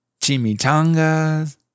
Chimichangas